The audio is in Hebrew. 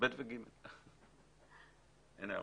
אין הערות.